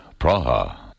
Praha